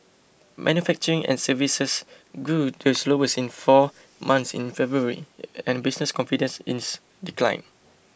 manufacturing and services grew the slowest in four months in February and business confidence ins declined